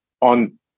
on